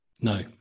No